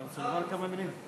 אתה רוצה לומר כמה מילים?